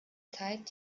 zeit